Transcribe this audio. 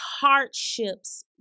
hardships